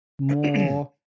more